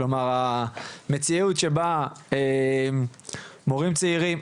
מציאות שבה מורים צעירים,